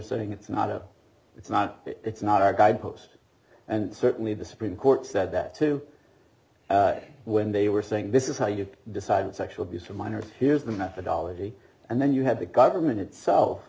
saying it's not up it's not it's not our guidepost and certainly the supreme court said that too when they were saying this is how you decide on sexual abuse of minors here's the methodology and then you have the government itself